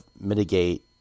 mitigate